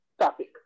topic